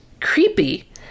creepy